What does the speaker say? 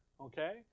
Okay